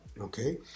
okay